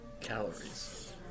calories